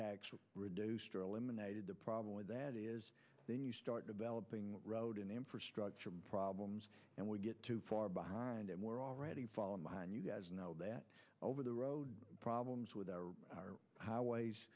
tax reduced or eliminated the problem with that is then you start developing road and infrastructure problems and we get too far behind and we're already falling behind you guys now that over the road problems